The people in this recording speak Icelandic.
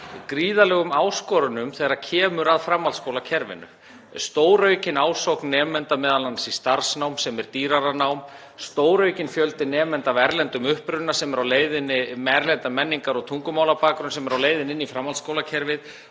gríðarlegum áskorunum þegar kemur að framhaldsskólakerfinu. Það er stóraukin ásókn nemenda, m.a. í starfsnám sem er dýrara nám, stóraukinn fjöldi nemenda af erlendum uppruna, með erlendan menningar- og tungumálabakgrunn, sem er á leiðinni inn í framhaldsskólakerfið